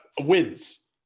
Wins